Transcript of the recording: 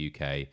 UK